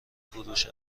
فروش